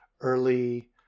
early